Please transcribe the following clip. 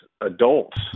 adults